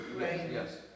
yes